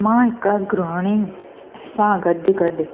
मां हिकु ग्रहणी सां गॾु गॾु